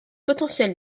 potentiels